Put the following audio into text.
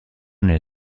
nel